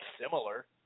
similar